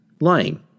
Lying